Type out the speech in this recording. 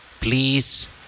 please